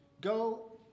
go